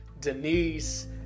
Denise